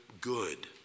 good